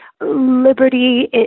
Liberty